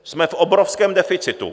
Jsme v obrovském deficitu.